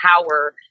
power